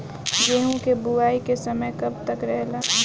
गेहूँ के बुवाई के समय कब तक रहेला?